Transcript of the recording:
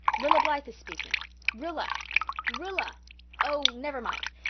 rilla blythe is speaking rilla rilla oh, never mind.